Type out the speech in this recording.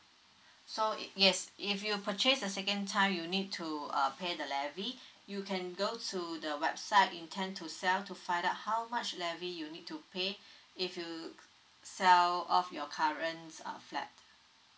so if yes if you purchase the second time you need to uh pay the levy you can go to the website intent to sell to find out how much levy you need to pay if you cur~ sell off your current uh flat